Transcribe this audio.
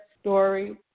story